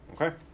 Okay